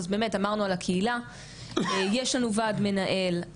אז באמת אמרנו על הקהילה ויש לנו וועד מנהל,